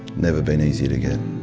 never been easier to get.